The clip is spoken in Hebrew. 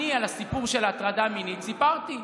אני, על הסיפור של ההטרדה המינית, סיפרתי.